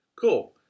Cool